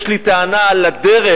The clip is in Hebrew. יש לי טענה על הדרך,